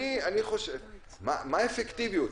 מה האפקטיביות?